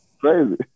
Crazy